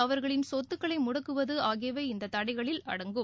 அவர்களின் சொத்துக்களை முடக்குவது ஆகியவை இந்த தடைகளில் அடங்கும்